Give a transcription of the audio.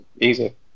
Easy